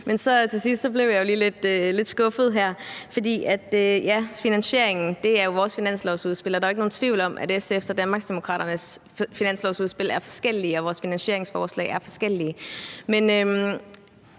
til sidst blev jeg jo lige lidt skuffet. For ja, finansieringen er i vores finanslovsudspil, og der er jo ikke nogen tvivl om, at SF's og Danmarksdemokraternes finanslovsudspil er forskellige,